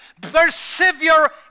persevere